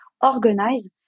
organize